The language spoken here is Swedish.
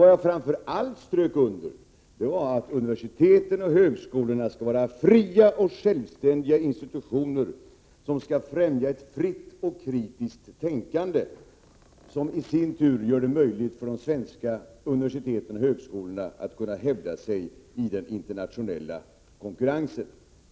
Vad jag framför allt strök under var att universiteten och högskolorna skall vara fria och självständiga institutioner, som skall främja ett fritt och kritiskt tänkande, som i sin tur gör det möjligt för de svenska universiteten och högskolorna att hävda sig i den internationella konkurrensen.